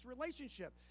relationship